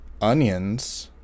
onions